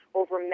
over